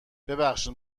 ببخشید